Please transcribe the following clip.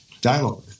dialogue